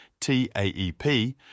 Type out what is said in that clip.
TAEP